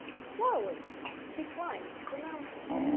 slowly she climbed the mountain.